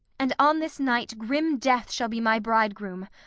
and on this night grim death shall be my bridegroom,